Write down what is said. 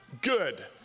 Good